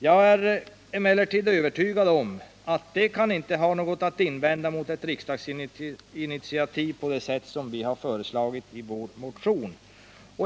Jag är emellertid övertygad om att de inte kan ha något att invända mot ett riksdagsinitiativ på det sätt som vi har föreslagit i vår motion.